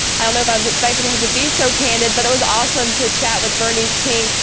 i don't know if i was expecting her to be so candid, but it was awesome to chat with bernice king.